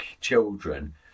children